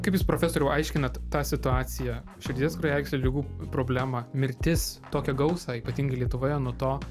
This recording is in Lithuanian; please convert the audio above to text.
kaip jūs profesoriau aiškinat tą situaciją širdies kraujagyslių ligų problemą mirtis tokią gausą ypatingai lietuvoje nuo to